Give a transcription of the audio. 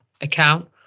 account